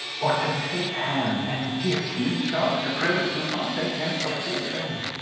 or to take hands and gift new subs to critters who find they can't afford them.